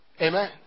Amen